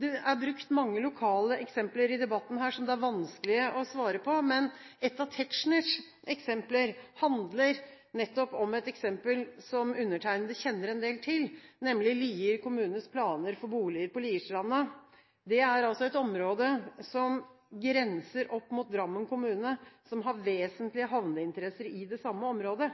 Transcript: Det er brukt mange lokale eksempler i debatten her som det er vanskelig å svare på, men et av Tetzschners eksempler handler nettopp om noe som undertegnede kjenner en del til, nemlig Lier kommunes planer for boliger på Lierstranda. Det er altså et område som grenser opp mot Drammen kommune, som har vesentlige havneinteresser i det samme området,